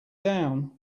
down